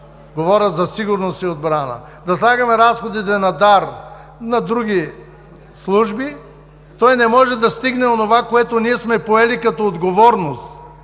говоря за сигурност и отбрана, да слагаме разходите на ДАР, на други служби, той не може да стигне онова, което ние сме поели като отговорност